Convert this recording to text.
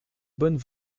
bonnes